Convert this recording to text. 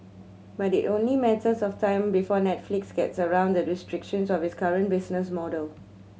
but it only matters of time before Netflix gets around the restrictions of its current business model